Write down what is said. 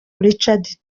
richard